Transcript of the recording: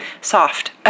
soft